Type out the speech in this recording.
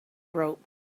rope